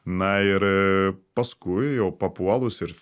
na ir paskui jau papuolus ir